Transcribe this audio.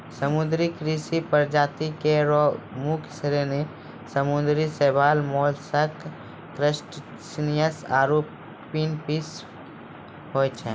समुद्री कृषि प्रजाति केरो मुख्य श्रेणी समुद्री शैवाल, मोलस्क, क्रसटेशियन्स आरु फिनफिश होय छै